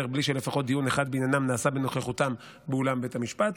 בלי שלפחות דיון אחד בעניינם נעשה בנוכחותם באולם בית המשפט.